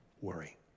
worry